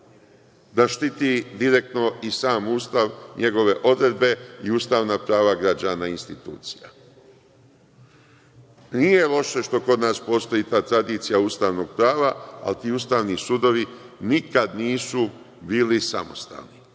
da štiti direktno i sam Ustav, i njegove odredbe, i ustavna prava građana i institucija. Nije loše što kod nas postoji ta tradicija ustavnog prava, a ti ustavni sudovi nikada nisu bili samostalni.